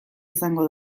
izango